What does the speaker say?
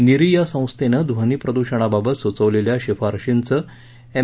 निरी या संस्थेनं ध्वनी प्रद्षणाबाबत सूचवलेल्या शिफारशींचं एम